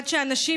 עד שהנשים,